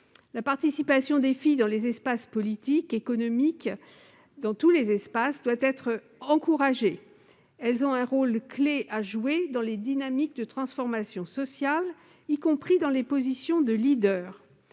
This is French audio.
La participation des filles dans les espaces politiques et économiques, comme dans tous les espaces, doit être encouragée. Elles ont un rôle clé à jouer dans les dynamiques de transformation sociale, y compris dans les positions de leader.